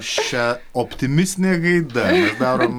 šia optimistine gaida mes darom